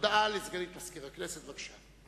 הודעה לסגנית מזכיר הכנסת, בבקשה.